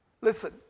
Listen